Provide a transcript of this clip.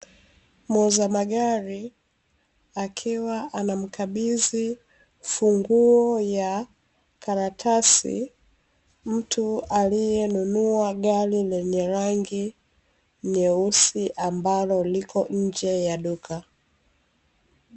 Muuza magari, akiwa anamkabizi funguo ya karatasi, mtu aliyenunua gari lenye rangi nyeusi, ambalo liko nje ya duka.